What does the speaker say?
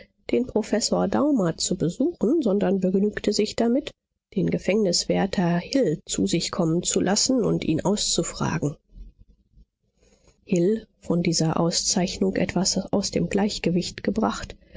den professor daumer zu besuchen sondern begnügte sich damit den gefängniswärter hill zu sich kommen zu lassen und ihn auszufragen hill von dieser auszeichnung etwas aus dem gleichgewicht gebracht